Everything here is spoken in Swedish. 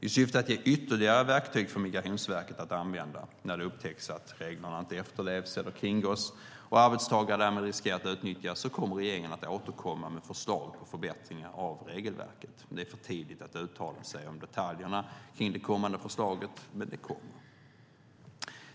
I syfte att ge ytterligare verktyg för Migrationsverket att använda när det upptäcks att reglerna inte efterlevs eller kringgås och arbetstagare därmed riskerar att utnyttjas kommer regeringen att återkomma med förslag till förbättringar av regelverket. Det är för tidigt att uttala sig om detaljerna kring det kommande förslaget, men det kommer.